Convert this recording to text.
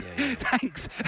Thanks